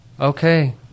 Okay